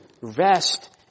rest